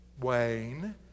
Wayne